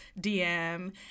DM